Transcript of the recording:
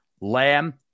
Lamb